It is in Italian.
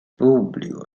pubblico